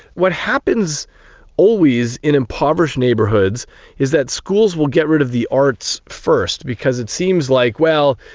what happens always in impoverished neighbourhoods is that schools will get rid of the arts first because it seems like, well,